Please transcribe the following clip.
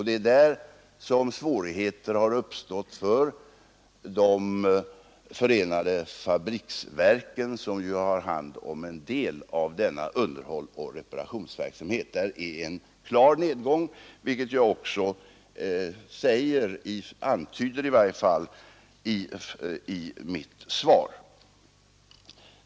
Det är här som svårigheter har uppstått för förenade fabriksverken, som ju har hand om en del av denna underhållsoch reparationsverksamhet. Där är det en klar nedgång, vilket jag antyder i mitt svar.